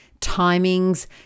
timings